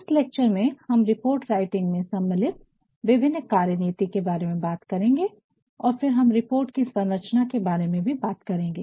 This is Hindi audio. इस लेक्चर में हम रिपोर्ट राइटिंग में सम्मिलित विभिन्न कार्यनीति के बारे में बात करेंगे और फिर हम रिपोर्ट की सरंचना के बारे में भी बात करेंगे